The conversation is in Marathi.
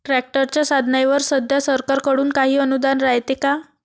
ट्रॅक्टरच्या साधनाईवर सध्या सरकार कडून काही अनुदान रायते का?